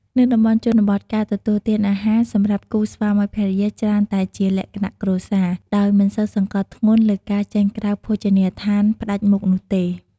នៅតំបន់ជនបទ ការទទួលទានអាហារសម្រាប់គូស្វាមីភរិយាច្រើនតែជាលក្ខណៈគ្រួសារ ដោយមិនសូវសង្កត់ធ្ងន់លើការចេញក្រៅភោជនីយដ្ឋានផ្តាច់មុខនោះទេ។